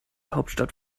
hauptstadt